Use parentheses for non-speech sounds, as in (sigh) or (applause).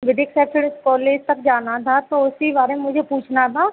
विदिक (unintelligible) college तक जाना था तो उसी बारे में मुझे पूछना था